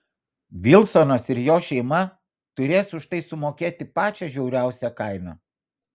vilsonas ir jo šeima turės už tai sumokėti pačią žiauriausią kainą